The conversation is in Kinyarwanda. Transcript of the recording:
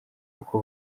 uko